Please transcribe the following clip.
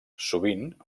sovint